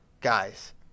guys